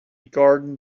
garden